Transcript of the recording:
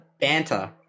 banter